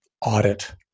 audit